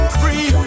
free